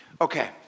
Okay